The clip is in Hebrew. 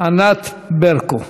ענת ברקו בנושא: